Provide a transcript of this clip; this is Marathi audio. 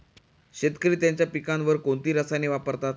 शेतकरी त्यांच्या पिकांवर कोणती रसायने वापरतात?